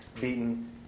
beaten